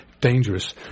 dangerous